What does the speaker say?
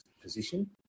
position